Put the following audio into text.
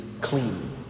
clean